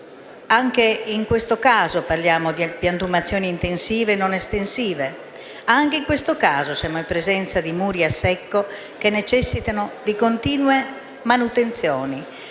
Anche in questo caso parliamo di piantumazioni intensive e non estensive. Anche in questo caso siamo in presenza di muri a secco che necessitano di continue manutenzioni.